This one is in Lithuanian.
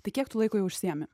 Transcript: tai kiek tu laiko jau užsiimi